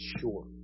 sure